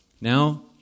Now